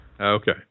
Okay